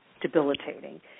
debilitating